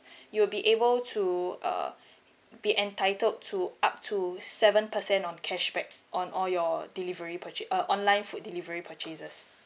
you'll be able to uh be entitled to up to seven percent on cashback on all your delivery purcha~ uh online food delivery purchases